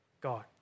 God